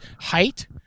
height